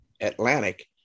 Atlantic